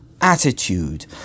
attitude